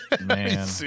Man